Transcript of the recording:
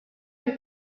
lui